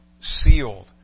sealed